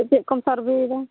ᱪᱮᱫ ᱠᱚᱢ ᱥᱟᱨᱵᱷᱮᱭᱮᱫᱟ